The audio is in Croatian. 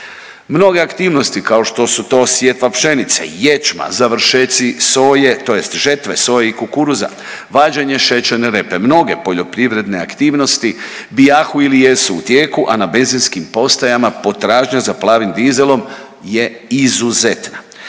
Mnoge aktivnosti kao što su to sjetva pšenice, ječma, završetci soje tj. žetve soje i kukuruza, vađenje šećerne repe, mnoge poljoprivredne aktivnosti bijahu ili jesu u tijeku a na benzinskim postajama potražnja za plavim dizelom je izuzetna.